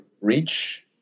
reach